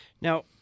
Now